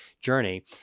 journey